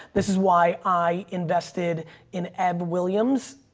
this is why i invested in ab williams,